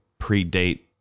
predate